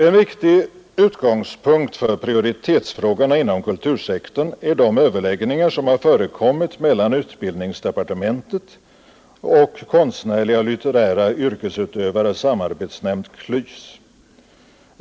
En riktig utgångspunkt för prioritetsfrågorna inom kultursektorn är de överläggningar som förekommit mellan utbildningsdepartementet och Konstnärliga och litterära yrkesutövares samarbetsnämnd .